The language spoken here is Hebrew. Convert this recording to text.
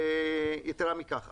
יתרה מזאת,